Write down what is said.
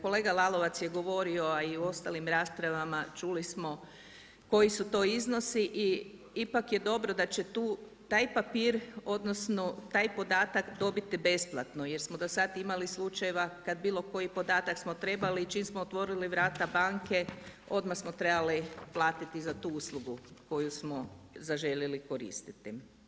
Kolega Lalovac je govorio, a i u ostalim raspravama čuli smo koji su to iznosi i ipak je dobro da će tu taj papir, odnosno taj podatak dobiti besplatno jer smo do sad imali slučajeva kad bilo koji podatak smo trebali, čim smo otvorili vrata banke odmah smo trebali platiti za tu uslugu koju smo zaželjeli koristiti.